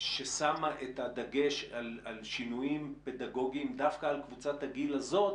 ששמה את הדגש על שינויים פדגוגיים דווקא על קבוצת הגיל הזאת,